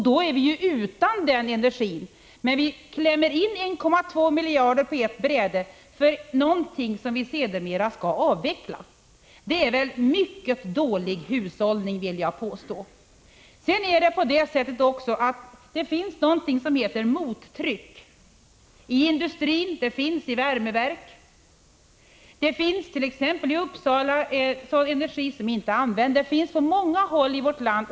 Då är vi utan den energin. Men vi klämmer in 1,2 miljarder på ett bräde för någonting som vi sedermera skall avveckla. Det är mycket dålig hushållning, vill jag påstå. Det finns i dag också någonting som heter mottryck. Det finns i industrin, i värmeverk. I t.ex. Uppsala finns sådan energi som vi inte använder, liksom på många andra håll i vårt land.